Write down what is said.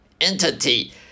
entity